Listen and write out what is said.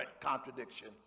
contradiction